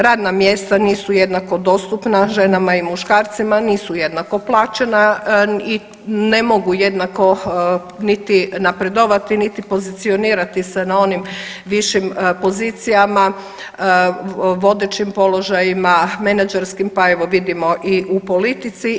Radna mjesta nisu jednako dostupna ženama i muškarcima, nisu jednako plaćena i ne mogu jednako niti napredovati, niti pozicionirati se na onim višim pozicijama, vodećim položajima, menadžerskim pa evo vidimo i u politici.